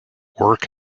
work